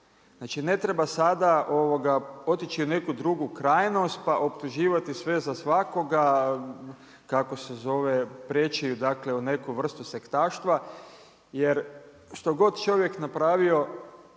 Znači ne treba sada otići u neku drugu krajnost pa optuživati sve za svakoga, kako se zove, preći u neku vrstu sektaštva jer što god čovjek napravio,